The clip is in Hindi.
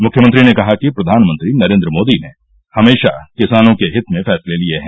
मुख्यमंत्री ने कहा कि प्रधानमंत्री नरेन्द्र मोदी ने हमेशा किसानों के हित में फैसले लिये हैं